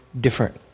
different